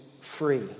free